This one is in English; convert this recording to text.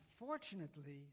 Unfortunately